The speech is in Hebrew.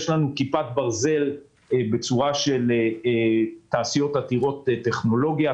יש לנו "כיפת ברזל" בצורה של תעשיות עתירות טכנולוגיה.